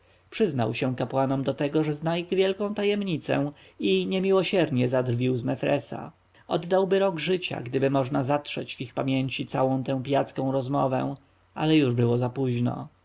przyznał się kapłanom do tego że zna ich wielką tajemnicę i niemiłosiernie zadrwił z mefresa oddałby rok życia gdyby można zatrzeć w ich pamięci całą tę pijacką rozmowę ale już było za